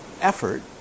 effort